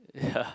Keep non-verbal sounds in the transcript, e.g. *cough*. *laughs* ya